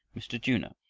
mr. junor,